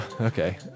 okay